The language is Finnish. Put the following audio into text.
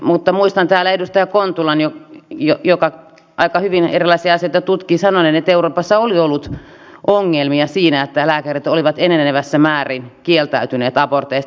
mutta muistan täällä edustaja kontulan joka aika hyvin erilaisia asioita tutki sanoneen että euroopassa oli ollut ongelmia siinä että lääkärit olivat enenevässä määrin kieltäytyneet aborteista